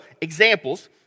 examples